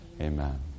Amen